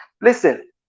Listen